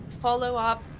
Follow-up